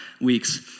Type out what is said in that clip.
weeks